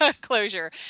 closure